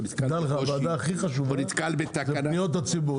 נתקל בעוד קיר --- הוועדה הכי חשובה היא פניות הציבור,